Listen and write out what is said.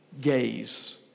gaze